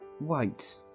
wait